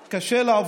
לא,